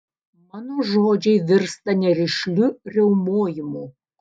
mano žodžiai virsta nerišliu riaumojimu